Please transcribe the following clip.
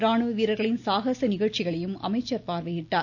ராணுவ வீரர்களின் சாகச நிகழ்ச்சிகளையும் அமைச்சர் பார்வையிட்டார்